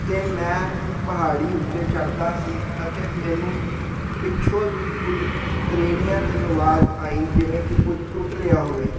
ਅਤੇ ਮੈਂ ਪਹਾੜੀ ਉੱਤੇ ਚੜ੍ਹਦਾ ਸੀ ਅਤੇ ਮੈਨੂੰ ਪਿੱਛੋਂ ਦੀ ਕੁਝ ਤਰੇੜੀਆਂ ਦੀ ਆਵਾਜ਼ ਆਈ ਜਿਵੇਂ ਕਿ ਕੁਝ ਟੁੱਟ ਰਿਹਾ ਹੋਵੇ